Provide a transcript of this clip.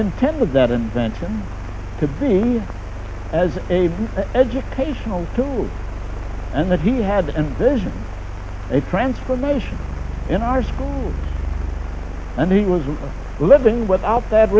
intended that invention to be used as a educational tool and that he had envisioned a transformation in our school and he was living without that